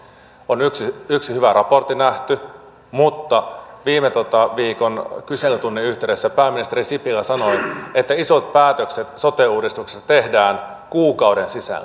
on yksi hyvä raportti nähty mutta viime viikon kyselytunnin yhteydessä pääministeri sipilä sanoi että isot päätökset sote uudistuksessa tehdään kuukauden sisällä